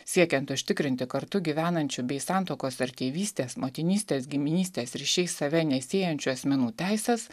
siekiant užtikrinti kartu gyvenančių bei santuokos ar tėvystės motinystės giminystės ryšiais save nesiejančių asmenų teises